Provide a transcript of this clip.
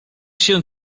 się